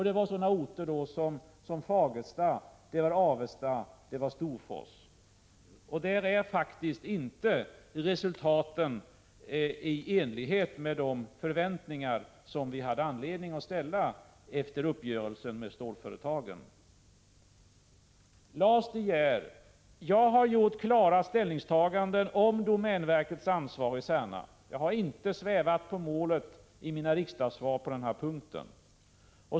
Det var orter som Fagersta, Avesta och Storfors. I de fallen är resultaten faktiskt inte i enlighet med de 185 förväntningar vi hade anledning att ställa efter uppgörelsen med stålföretagen. Lars De Geer! Jag har redovisat klara ställningstaganden när det gäller domänverkets ansvar i Särna. Jag har på den punkten inte svävat på målet i mina svar här i riksdagen.